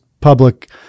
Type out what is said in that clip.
public